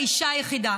אני האישה היחידה